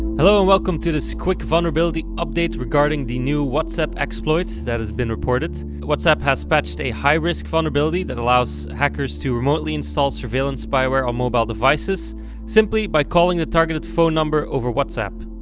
hello and welcome to this quick vulnerability update regarding the new whatsapp exploits that has been reported. whatsapp has patched a high-risk vulnerability that allows hackers to remotely install surveillance spyware on mobile devices simply by calling the targeted phone number over whatsapp.